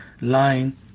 Lying